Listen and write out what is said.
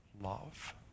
love